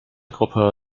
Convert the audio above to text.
gruppe